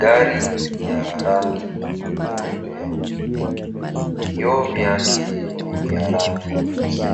Gari ya rangi nyeupe, vioo vyake ni vya rangi nyeusi,